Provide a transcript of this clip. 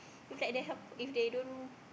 look at them if they don't